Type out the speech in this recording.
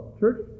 church